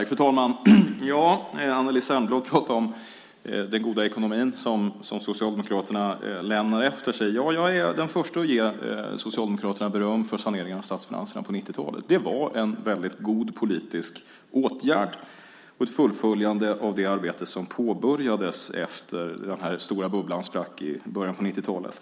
Fru talman! Anneli Särnblad pratade om den goda ekonomi som Socialdemokraterna lämnat efter sig. Ja, jag är den förste att ge Socialdemokraterna beröm för saneringen av statsfinanserna på 1990-talet. Det var en väldigt god politisk åtgärd och ett fullföljande av det arbete som påbörjades efter det att den stora bubblan sprack i början av 1990-talet.